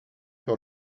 par